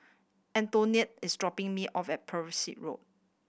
is dropping me off at Road